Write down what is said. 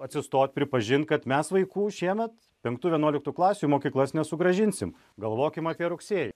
atsistot pripažinti kad mes vaikų šiemet penktų vienuoliktų klasių mokyklas nesugrąžinsim galvokim apie rugsėjį